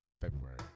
February